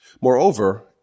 Moreover